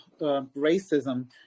racism